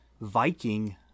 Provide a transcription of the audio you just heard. Viking